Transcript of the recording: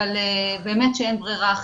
אבל באמת שאין ברירה אחרת.